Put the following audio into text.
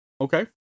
Okay